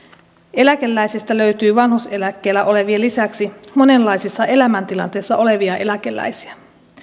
eläkeläisistä löytyy vanhuuseläkkeellä olevien lisäksi monenlaisissa elämäntilanteissa olevia eläkeläisiä